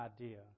idea